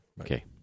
Okay